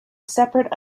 separate